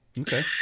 okay